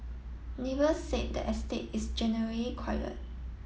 neighbours said the estate is generally quiet